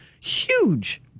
huge